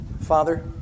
Father